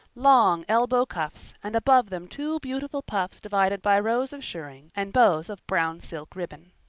long elbow cuffs, and above them two beautiful puffs divided by rows of shirring and bows of brown-silk ribbon.